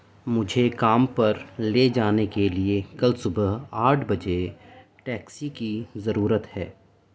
مجھے کام پر لے جانے کے لیے کل صبح آٹھ بجے ٹیکسی کی ضرورت ہے